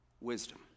wisdom